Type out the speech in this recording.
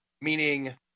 meaning